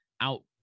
out